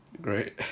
Great